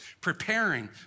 preparing